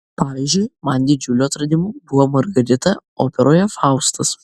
pavyzdžiui man didžiuliu atradimu buvo margarita operoje faustas